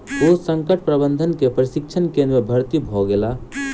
ओ संकट प्रबंधन के प्रशिक्षण केंद्र में भर्ती भ गेला